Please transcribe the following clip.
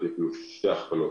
אפילו שתי הכפלות,